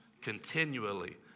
continually